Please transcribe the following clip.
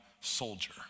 soldier